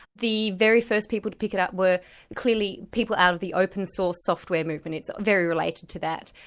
the very first people to pick it up were clearly people out of the open source software movement, it's very related to that.